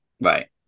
right